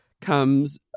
comes